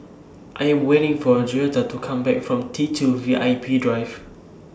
I Am waiting For Joetta to Come Back from T two V I P Drive